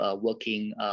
working